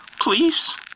Please